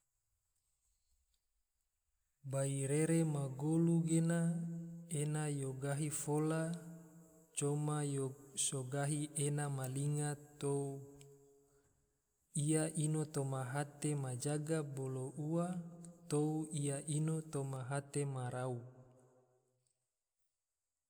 Bairere ma golu gena, ena yo gahi fola coma yo so gahi ena ma linga tou ia ino toma hate ma jaga bolo ua, tou ia ino toma hate ma rau